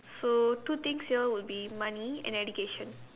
so two things here will be money and education